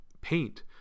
paint